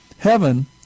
heaven